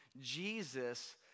Jesus